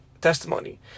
testimony